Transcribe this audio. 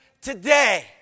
today